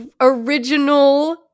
original